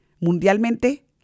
mundialmente